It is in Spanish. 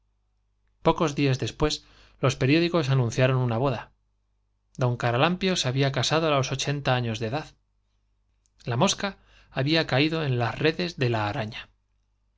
pocos di as después los periódicos anunciaron una hoda d caralampio se había casado á los ochenta afies de edad la mosca había caído en las redes de la araña